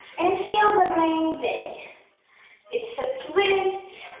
and feels amazing it's a twist,